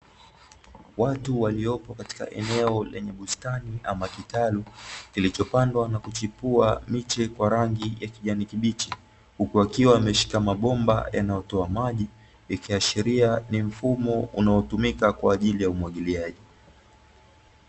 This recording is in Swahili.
Watu waliopo katika eneo lenye bustani ama kitalu kilichopandwa na kuchepua miche kwa rangi ya kijani kibichi, huku akiwa ameshika mabomba yanayotoa maji ikiashiria ni mfumo unaotumika kwa ajili ya umwagiliaji.